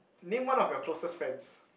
name one of your closest friends